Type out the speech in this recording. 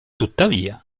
tuttavia